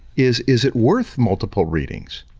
is is it worth multiple readings?